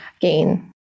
gain